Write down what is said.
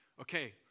Okay